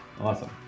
Awesome